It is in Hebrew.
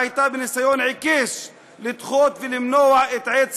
עד עשר דקות לרשותך.